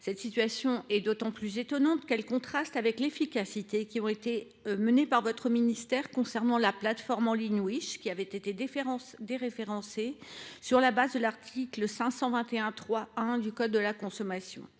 Cette situation est d’autant plus étonnante qu’elle contraste avec l’efficacité des actions qui ont été menées par votre ministère à l’encontre de la plateforme en ligne Wish, qui a été déréférencée sur la base de l’article L. 521 3 1 du code de la consommation.